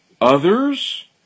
others